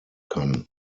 kann